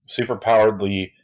superpoweredly